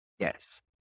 Yes